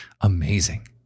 Amazing